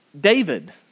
David